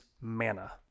manna